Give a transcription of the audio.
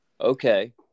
Okay